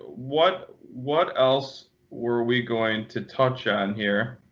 what what else were we going to touch on here?